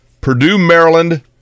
Purdue-Maryland